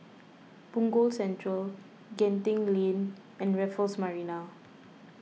Punggol Central Genting Lane and Raffles Marina